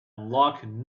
unlock